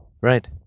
right